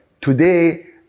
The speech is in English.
today